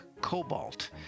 Cobalt